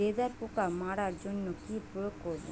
লেদা পোকা মারার জন্য কি প্রয়োগ করব?